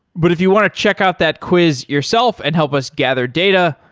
but if you want to check out that quiz yourself and help us gather data,